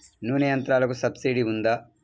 నూనె యంత్రాలకు సబ్సిడీ ఉందా?